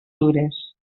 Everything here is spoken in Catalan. dures